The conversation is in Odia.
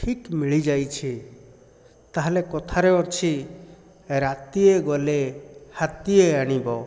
ଠିକ୍ ମିଳିଯାଇଛି ତାହାହେଲେ କଥାରେ ଅଛି ରାତିଏ ଗଲେ ହାତୀଏ ଆଣିବ